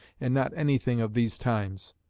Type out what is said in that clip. and not anything of these times.